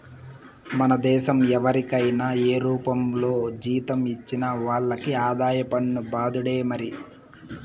మన దేశం ఎవరికైనా ఏ రూపంల జీతం ఇచ్చినా వాళ్లకి ఆదాయ పన్ను బాదుడే మరి